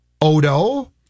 Odo